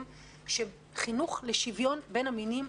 שמכאן מתחיל חינוך לשווין בין המינים,